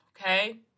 Okay